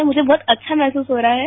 म्झे बहत अच्छा महसूस हो रहा है